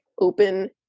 open